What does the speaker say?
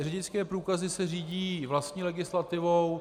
Řidičské průkazy se řídí vlastní legislativou.